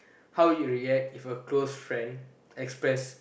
how you react if a close friend express